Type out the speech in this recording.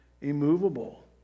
immovable